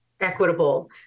equitable